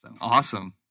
awesome